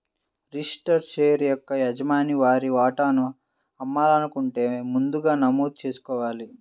registered share యొక్క యజమాని వారి వాటాను అమ్మాలనుకుంటే ముందుగా నమోదు చేసుకోవాలి